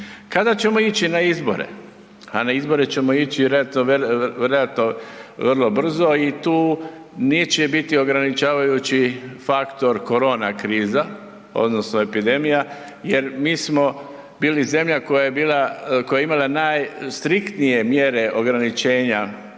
Kada ćemo ići na izbore? A na izbore ćemo ići vjerojatno vrlo brzo i tu neće biti ograničavajući faktor korona kriza odnosno epidemija jer mi smo bili zemlja koja je imala najstriktnije mjere ograničenja